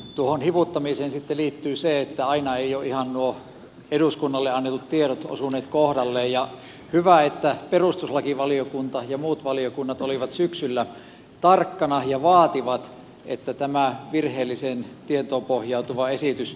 tuohon hivuttamiseen sitten liittyy se että aina eivät ole ihan nuo eduskunnalle annetut tiedot osuneet kohdalleen ja hyvä että perustuslakivaliokunta ja muut valiokunnat olivat syksyllä tarkkana ja vaativat että tämä virheelliseen tietoon pohjautuva esitys muutetaan